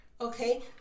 Okay